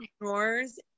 drawers